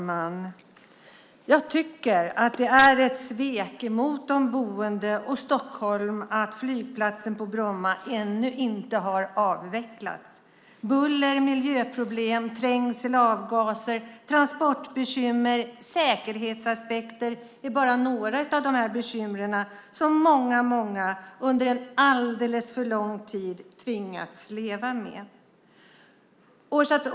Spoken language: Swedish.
Fru talman! Det är ett svek mot de boende och Stockholm att flygplatsen på Bromma ännu inte har avvecklats. Buller, miljöproblem, trängsel, avgaser, transportbekymmer och säkerhetsaspekter är bara några av bekymren som många under en alldeles för lång tid tvingats leva med.